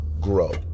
grow